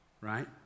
right